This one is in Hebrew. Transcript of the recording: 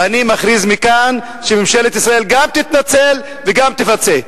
ואני מכריז מכאן שממשלת ישראל גם תתנצל וגם תפצה,